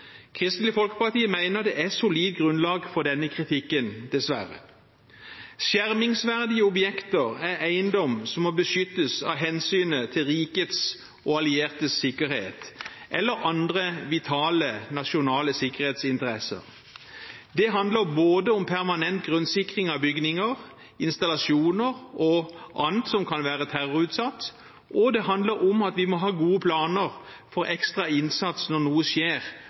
Kristelig Folkeparti mener det er solid grunnlag for denne kritikken, dessverre. Skjermingsverdige objekter er eiendom som må beskyttes av hensyn til rikets og alliertes sikkerhet eller andre vitale nasjonale sikkerhetsinteresser. Det handler både om permanent grunnsikring av bygninger, installasjoner og annet som kan være terrorutsatt, og det handler om at vi må ha gode planer for ekstra innsats når noe skjer